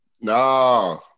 No